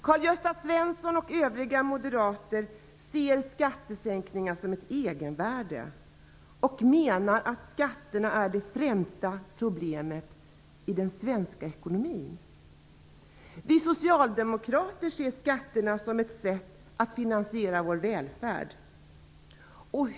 Karl-Gösta Svensson och övriga moderater anser att skattesänkningar har ett egenvärde och menar att skatterna är det främsta problemet i den svenska ekonomin. Vi socialdemokrater ser skatterna som ett sätt att finansiera vår välfärd.